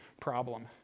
problem